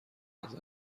نظر